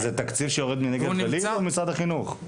זה תקציב שיורד מהנגב והגליל או ממשרד החינוך?